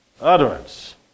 Utterance